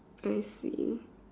I see